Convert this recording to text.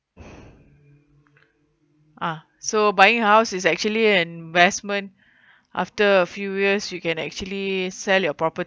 ah so buying house is actually an investment after a few years you can actually sell your property